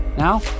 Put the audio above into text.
Now